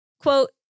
Quote